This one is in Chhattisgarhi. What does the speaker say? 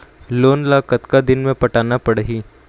लोन ला कतका दिन मे पटाना पड़ही?